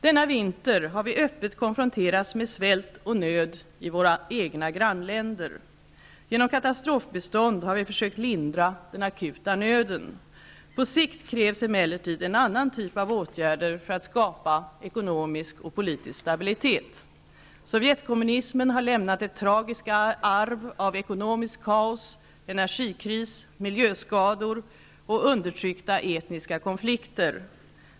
Denna vinter har vi öppet konfronterats med svält och nöd i våra egna grannländer. Genom katastrofbistånd har vi försökt lindra den akuta nöden. På sikt krävs emellertid en annan typ av åtgärder för att skapa ekonomisk och politisk stabilitet. Sovjetkommunismen har lämnat ett tragiskt arv av ekonomiskt kaos, energikris, miljöskador och undertryckta etniska konflikter.